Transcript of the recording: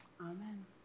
Amen